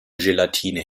gelatine